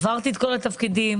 עברתי את כל התפקידים.